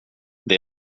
det